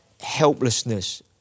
helplessness